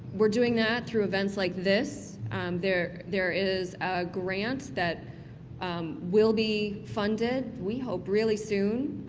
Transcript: we're doing that through events like this. and there there is grants that will be funded, we hope really soon,